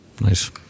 Nice